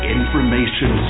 Information